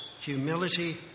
humility